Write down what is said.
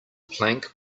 plank